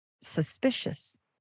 suspicious